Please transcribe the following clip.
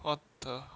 what the